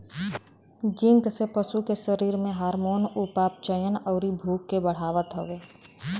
zinc से पशु के शरीर में हार्मोन, उपापचयन, अउरी भूख के बढ़ावत हवे